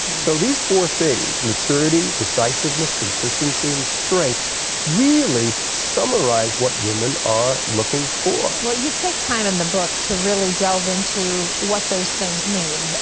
so these four things maturity, decisiveness, consistency, and strength really summarize what women are looking for. terry you take time in the book to really delve into what those things mean.